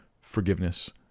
forgiveness